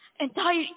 Entire